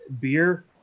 Beer